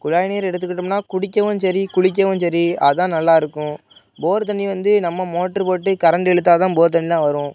குழாய் நீர் எடுத்துகிட்டோம்ன்னா குடிக்கவும் சரி குளிக்கவும் சரி அதான் நல்லாயிருக்கும் போர் தண்ணி வந்து நம்ம மோட்ரு போட்டு கரண்ட் இழுத்தாதான் போர் தண்ணிலாம் வரும்